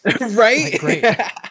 right